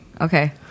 Okay